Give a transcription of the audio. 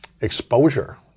exposure